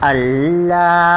Allah